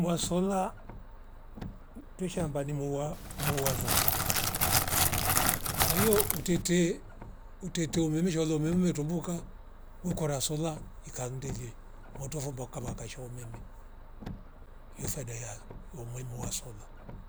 Mwasola mhh twesha ambani mouwa mouwa rula kwaio utete utete umimi meshalo umime tumbuka huko rasola ikandilie moutwavo mbwakamaka sha umeme yo faida ya yo mwaimu wa sola